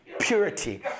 Purity